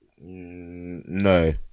No